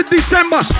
December